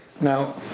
Now